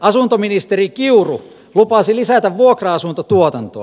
asuntoministeri kiuru lupasi lisätä vuokra asuntotuotantoa